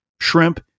shrimp